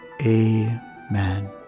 Amen